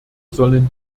sollen